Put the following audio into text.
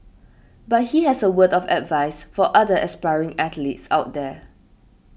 but he has a word of advice for other aspiring athletes out there